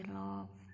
love